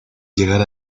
llegar